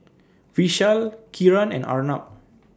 Vishal Kiran and Arnab